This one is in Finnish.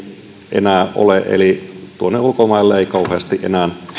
enää ole eli tuonne ulkomaille ei kauheasti enää